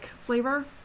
flavor